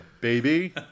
baby